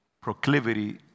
proclivity